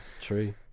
true